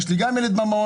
יש לי גם ילד במעון,